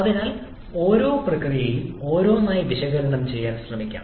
അതിനാൽ ഓരോ പ്രക്രിയയും ഓരോന്നായി വിശകലനം ചെയ്യാൻ ശ്രമിക്കാം